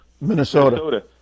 Minnesota